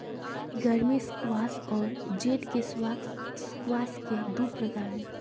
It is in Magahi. गर्मी स्क्वाश और जेड के स्क्वाश स्क्वाश के दु प्रकार हई